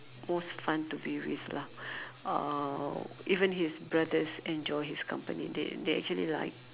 most fun to be with lah uh even his brothers enjoy his company they they actually like